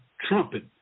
trumpet